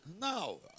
No